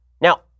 Now